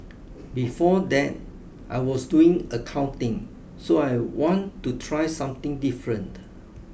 before that I was doing accounting so I want to try something different